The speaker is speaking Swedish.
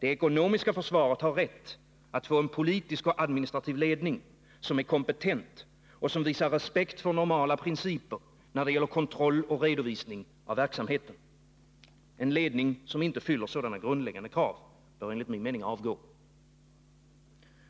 Det ekonomiska försvaret har rätt att få en politisk och administrativ ledning som är kompetent och som visar respekt för normala principer när det gäller kontroll och redovisning av verksamheten. En ledning som inte fyller sådana grundläggande krav bör enligt min mening avgå.